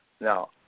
Now